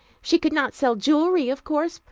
she could not sell jewelry, of course,